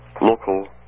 local